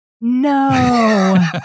No